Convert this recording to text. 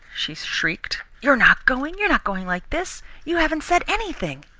she shrieked. you're not going? you're not going like this? you haven't said anything!